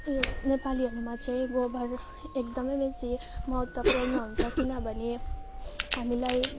उयो नेपालीहरूमा चाहिँ गोबर एकदमै बेसी महत्त्वपूर्ण हुन्छ किनभने हामीलाई